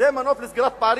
זה מנוף לסגירת פערים,